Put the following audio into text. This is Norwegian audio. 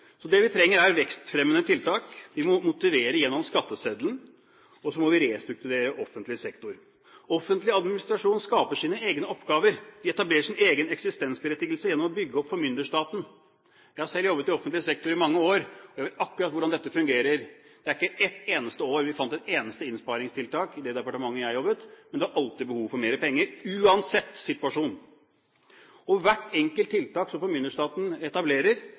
så må vi restrukturere offentlig sektor. Offentlig administrasjon skaper sine egne oppgaver, den etablerer sin egen eksistensberettigelse gjennom å bygge opp formynderstaten. Jeg har selv jobbet i offentlig sektor i mange år, og vet akkurat hvordan dette fungerer. Ikke et eneste år fant vi ett eneste innsparingstiltak i det departementet jeg jobbet, men det var alltid behov for mer penger, uansett situasjon. Hvert enkelt tiltak som formynderstaten etablerer,